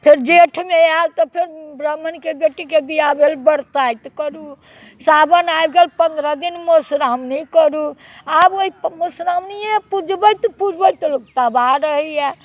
फेर जेठमे आएल तऽ फेर ब्राम्हणके बेटीके बिआह भेल बरसाइत करू पाबन साओन आबि गेल पन्द्रह दिन मधुश्राओणी करू आब ओहि मधुश्रओणीये पुजबैत पुजबैत लोक तबाह रहैया